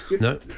No